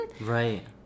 Right